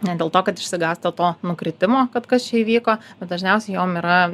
ne dėl to kad išsigąsta to nukritimo kad kas čia įvyko bet dažniausiai jom yra